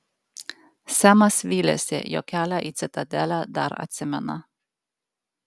semas vylėsi jog kelią į citadelę dar atsimena